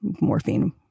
morphine